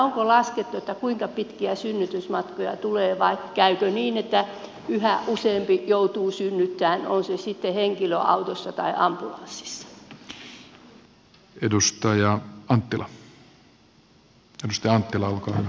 onko laskettu kuinka pitkiä synnytysmatkoja tulee vai käykö niin että yhä useampi joutuu synnyttää nousi sitte henkilöauto sekä synnyttämään henkilöautossa tai ambulanssissa